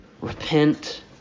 Repent